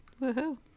Woohoo